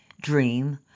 dream